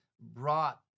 brought